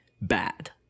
bad